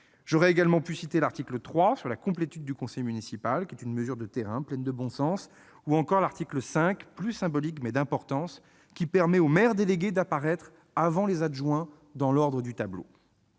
J'aurais également pu citer l'article 3 sur la complétude du conseil municipal, qui est une mesure de terrain de bon sens, ou encore l'article 5, plus symbolique, mais d'importance, qui permet aux maires délégués d'apparaître avant les adjoints dans l'ordre du tableau.